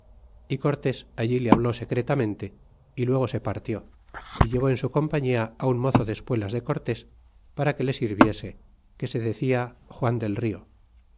y cortés allí le habló secretamente y luego se partió y llevó en su compañia un mozo de espuelas de cortés para que le sirviese que se decia juan del rio